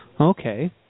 Okay